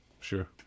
sure